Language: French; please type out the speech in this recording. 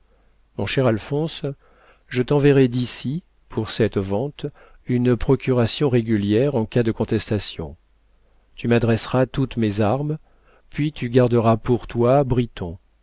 mon cher alphonse je t'enverrai d'ici pour cette vente une procuration régulière en cas de contestations tu m'adresseras toutes mes armes puis tu garderas pour toi